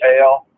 tail